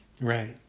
Right